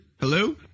Hello